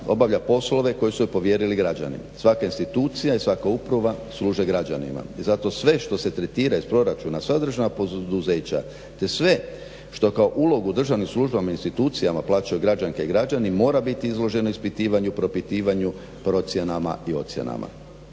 obavlja poslove koje su joj povjerili građani, svaka institucija i svaka uprava služe građanima i zato sve što se tretira iz proračuna, sva državna poduzeća te sve što kao ulogu u državnim službama i institucijama plaćaju građanke i građani mora biti izloženo ispitivanju propitivanju, procjenama i ocjenama.